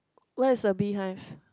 where's the bee hive